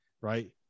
right